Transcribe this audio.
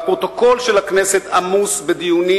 והפרוטוקול של הכנסת עמוס בדיונים,